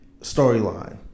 storyline